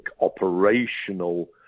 operational